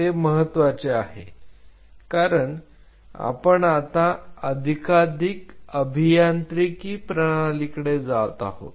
ते महत्त्वाचे आहे कारण आपण आता अधिकाधिक अभियांत्रिकी प्रणालीकडे जात आहोत